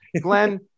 Glenn